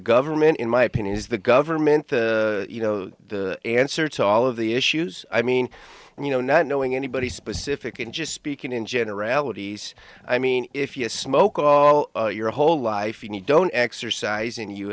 government in my opinion is the government you know the answer to all of the issues i mean and you know not knowing anybody specific and just speaking in generalities i mean if you smoke all your whole life and you don't exercise and you